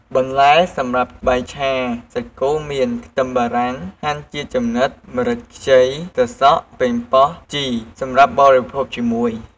បន្លែសម្រាប់បាយឆាសាច់គោមាន ខ្ទឹមបារាំង ហាន់ជាចំណិត ម្រេចខ្ចី ត្រសក់ ប៉េងប៉ោះ ជីរ (សម្រាប់បរិភោគជាមួយ)។